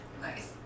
Nice